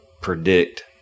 predict